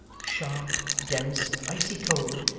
sharp, dense, and icy-cold,